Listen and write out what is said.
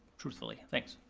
truthfully. thanks.